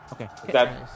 Okay